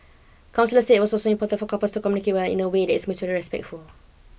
counsellors said was also important for couples to communicate well in away that is mutually respectful